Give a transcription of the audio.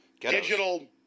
digital